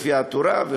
לפי התורה,